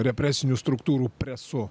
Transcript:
represinių struktūrų presu